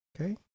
okay